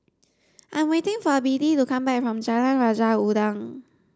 I'm waiting for Biddie to come back from Jalan Raja Udang